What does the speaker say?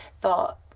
Thought